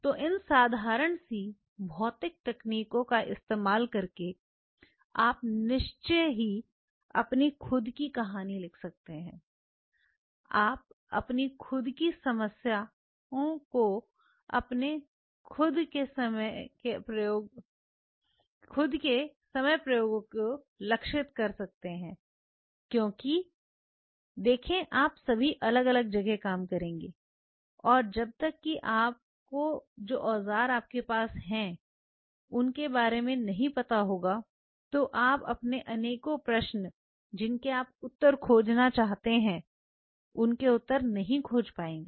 तो इन साधारण सी भौतिक तकनीकों का इस्तेमाल करके आप निश्चय ही अपनी खुद की कहानी लिख सकते हैं आप अपनी खुद की समस्याओं को अपने खुद के समय प्रयोगों को लक्षित कर सकते हैं क्योंकि देखें आप सभी अलग अलग जगह काम करेंगे और जब तक कि आपको जो औजार आपके पास है उनके बारे में नहीं पता होगा तो आप अपने अनेकों प्रश्न जिनके आप उत्तर खोजना चाहते हैं उनके उत्तर नहीं खोज पाएंगे